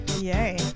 Yay